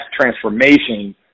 transformation